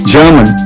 German